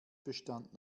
bestand